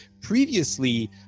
previously